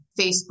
Facebook